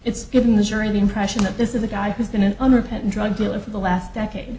it's giving the jury the impression that this is a guy who's been an unrepentant drug dealer for the last decade